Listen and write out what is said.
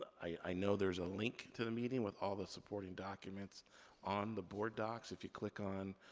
i know there's a link to the meeting with all the supporting documents on the board docs. if you click on